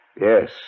Yes